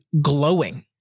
glowing